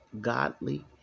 godly